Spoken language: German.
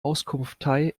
auskunftei